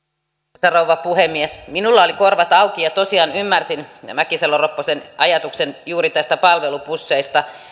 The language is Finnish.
arvoisa rouva puhemies minulla oli korvat auki ja tosiaan ymmärsin mäkisalo ropposen ajatuksen juuri näistä palvelubusseista